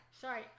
Sorry